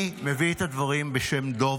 אני מביא את הדברים בשם דב מורן.